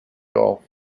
gulf